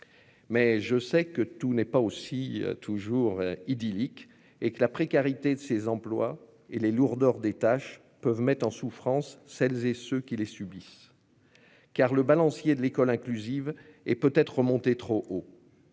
Mais je sais que tout n'est pas aussi toujours idyllique et que la précarité de ces emplois et les lourdeurs des tâches peuvent mettre en souffrance celles et ceux qui les subissent. Car le balancier de l'école inclusive et peut être remonter trop haut.